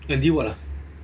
andy what ah